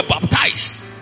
baptized